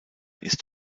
ist